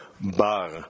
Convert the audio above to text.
bar